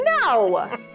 No